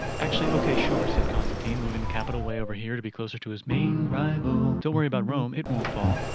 actually, okay, sure, said constantine, moving the capital way over here to be closer to his. main rival don't worry about rome. it won't fall.